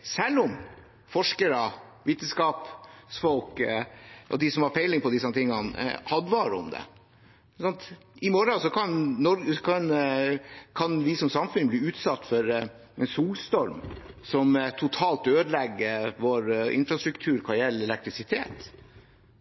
selv om forskere, vitenskapsfolk og de som har peiling på disse tingene, advarer mot det. I morgen kan vi som samfunn bli utsatt for en solstorm som totalt ødelegger vår infrastruktur hva gjelder elektrisitet,